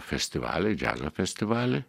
festivalį džiazo festivalį